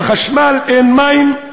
אין חשמל, אין מים.